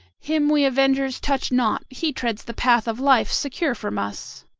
him we avengers touch not he treads the path of life secure from us.